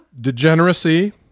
Degeneracy